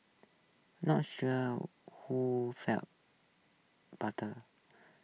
not sure who feels butter